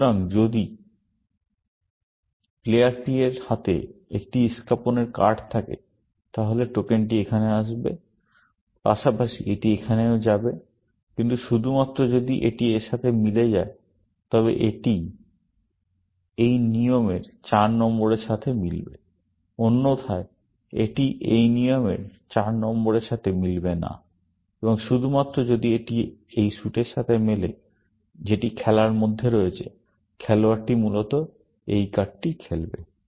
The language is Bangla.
সুতরাং যদি এই প্লেয়ার P এর হাতে একটি ইষ্কাপনের কার্ড থাকে তাহলে টোকেনটি এখানে আসবে পাশাপাশি এটি এখানেও যাবে কিন্তু শুধুমাত্র যদি এটি এর সাথে মিলে যায় তবে এটি এই নিয়মের চার নম্বরের সাথে মিলবে অন্যথায় এটি এই নিয়মের চার নম্বরের সাথে মিলবে না এবং শুধুমাত্র যদি এটি এই স্যুটের সাথে মেলে যেটি খেলার মধ্যে রয়েছে খেলোয়াড়টি মূলত এই কার্ডটি খেলবে